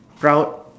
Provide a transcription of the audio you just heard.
proud